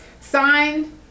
signed